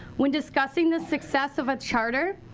when discussing the success of a charter,